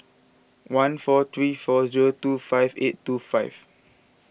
one four three four zero two five eight two five